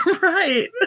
right